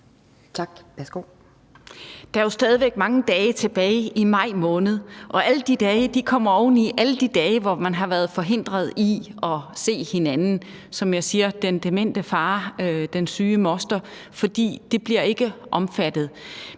Der er jo stadig væk mange dage tilbage i maj måned, og alle de dage kommer oveni alle de dage, hvor man har været forhindret i at se hinanden – som jeg siger: den demente far, den syge moster. For det bliver ikke omfattet.